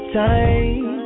time